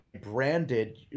branded